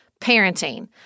parenting